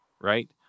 right